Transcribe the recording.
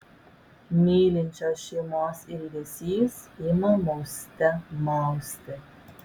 mylinčios šeimos ilgesys ima mauste mausti